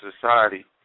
society